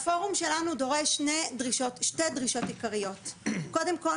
הפורום שלנו דורש שתי דרישות עיקריות: קודם כל,